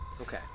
Okay